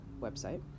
website